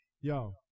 Yo